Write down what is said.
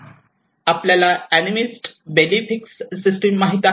आपल्याला animist beliefs system माहित आहे